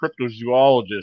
cryptozoologist